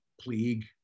plague